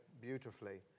beautifully